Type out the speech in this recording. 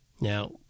Now